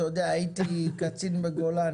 אתה יודע, הייתי קצין בגולני.